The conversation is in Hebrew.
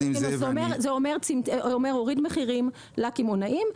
עם זאת --- זה אומר הוריד מחירים לקמעונאים,